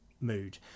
mood